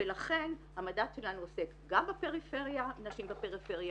ולכן המדד שלנו עוסק גם בנשים בפריפריה,